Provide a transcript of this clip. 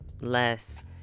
less